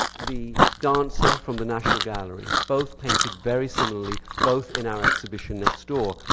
the dancer from the national gallery. both painted very similarly, both in our exhibition next door.